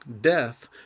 death